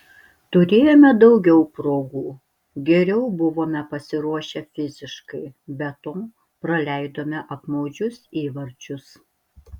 turėjome daugiau progų geriau buvome pasiruošę fiziškai be to praleidome apmaudžius įvarčius